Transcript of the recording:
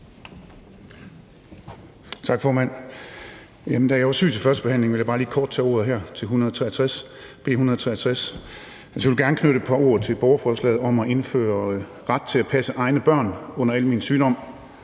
Tak, formand. Da jeg var syg til førstebehandlingen af B 163, vil jeg bare lige kort tage ordet her. Jeg vil gerne knytte et par ord til borgerforslaget om at indføre ret til at passe egne børn under almen sygdom,